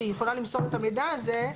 שהיא יכולה למסור את המידע הזה,